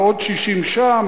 ועוד 60 שם.